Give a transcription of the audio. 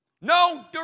no